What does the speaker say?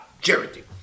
charity